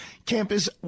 campus